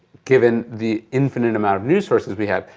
given the infinite amount of news sources we have,